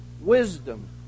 wisdom